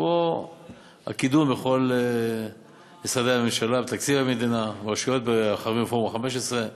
כמו הגידול בכל משרדי הממשלה ובתקציב המדינה וברשויות בפורום ה-15.